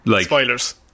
Spoilers